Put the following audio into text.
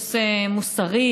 הוא נושא מוסרי-ערכי,